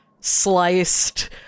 sliced